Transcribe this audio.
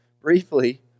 briefly